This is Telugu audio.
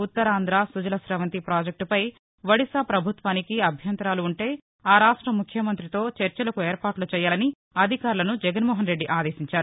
ఉత్తరాంధ్ర సుజల ప్రవంతి ప్రాజెక్టుపై ఒడిశా ప్రభుత్వానికి అభ్యంతరాలుంటే ఆ రాష్ట ముఖ్యమంతితో చర్చలకు ఏర్పాట్ల చేయాలని అధికారులను జగన్మోహన్రెడ్లి ఆదేశించారు